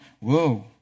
Whoa